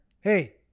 Hey